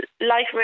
life